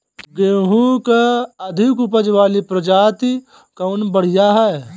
गेहूँ क अधिक ऊपज वाली प्रजाति कवन बढ़ियां ह?